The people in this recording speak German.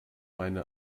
meine